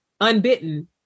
unbitten